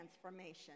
transformation